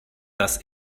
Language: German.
das